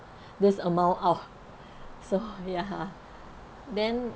this amount of so ya then